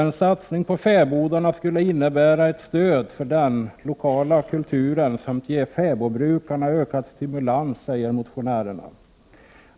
En satsning på fäbodarna skulle innebära ett stöd för den lokala kulturen samt ge fäbodbrukarna ökad stimulans, säger motionärerna.